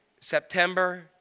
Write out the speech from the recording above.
September